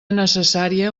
necessària